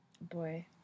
boy